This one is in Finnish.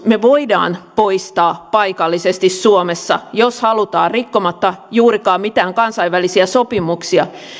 me voimme poistaa paikallisesti suomessa jos halutaan rikkomatta juurikaan mitään kansainvälisiä sopimuksia